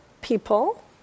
people